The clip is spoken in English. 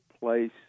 place